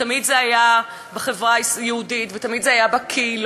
תמיד זה היה בחברה היהודית ותמיד זה היה בקהילות,